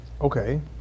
Okay